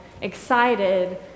excited